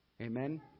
Amen